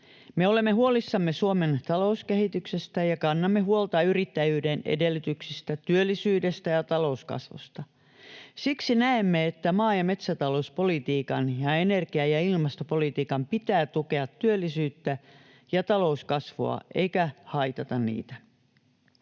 Me olemme huolissamme Suomen talouskehityksestä ja kannamme huolta yrittäjyyden edellytyksistä, työllisyydestä ja talouskasvusta. Siksi näemme, että maa- ja metsätalouspolitiikan ja energia- ja ilmastopolitiikan pitää tukea työllisyyttä ja talouskasvua eikä haitata niitä.